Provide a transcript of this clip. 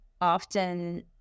often